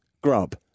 grub